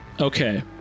Okay